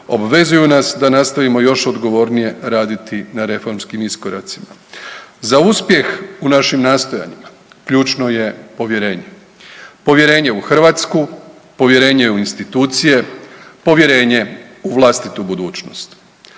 obvezuju nas da nastavimo još odgovorniji raditi na reformskim iskoracima. Za uspjeh u našim nastojanjima ključno je povjerenje, povjerenje u Hrvatsku, povjerenje u institucije, povjerenje u vlastitu budućnost,